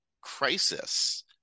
crisis